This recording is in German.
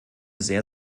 sehr